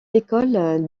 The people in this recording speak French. l’école